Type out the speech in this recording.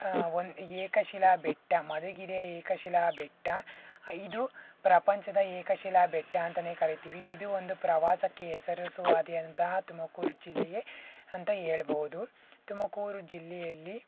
one ಏಕಶಿಲಾ ಬೆಟ್ಟ ಮಧುಗಿರಿಯ ಏಕಶಿಲಾ ಬೆಟ್ಟ ಇದು ಪ್ರಪಂಚದ ಏಕಶಿಲಾ ಬೆಟ್ಟ ಅಂತಲೇ ಕರಿತೀವಿ ಇದು ಒಂದು ಪ್ರವಾಸಕ್ಕೆ ಹೆಸರುವಾಸಿಯಾದಂತಹ ತುಮಕೂರು ಜಿಲ್ಲೆಯೇ ಅಂತ ಹೇಳಬಹುದು ತುಮಕೂರು ಜಿಲ್ಲೆಯಲ್ಲಿ